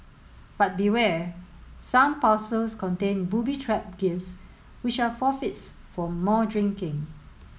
but beware some parcels contain booby trap gifts which are forfeits for more drinking